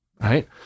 Right